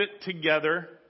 together